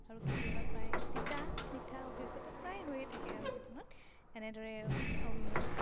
আৰু কেতিয়াবা প্ৰায় তিতা মিঠা অভিজ্ঞতা প্ৰায় হৈয়ে থাকে আৰু জীৱনত এনেদৰে